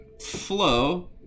flow